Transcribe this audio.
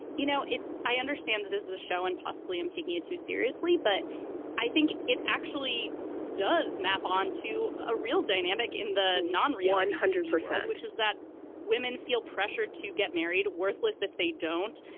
you know, it's i understand that this is a show and possibly i'm taking you too seriously but i think it actually does map on to a real dynamic in the non-real one hundred percent, which is that women feel pressured to get married, worthless if they don't.